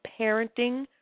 Parenting